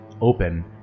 open